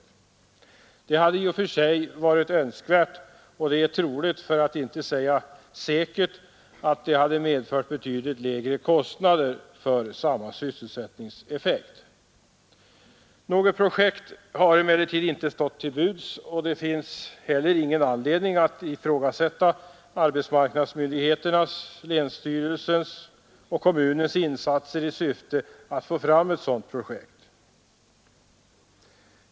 Ett sådant projekt hade i och för sig varit önskvärt, och det är troligt för att inte säga säkert att man därmed hade kunnat uppnå samma sysselsättningseffekt till betydligt lägre kostnader. Något konkret projekt har emellertid inte stått till buds, och det finns ingen anledning att ifrågasätta arbetsmarknadsmyndigheternas, länsstyrelsens och kommunens insatser i syfte att få fram ett sådant.